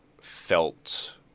felt